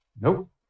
Nope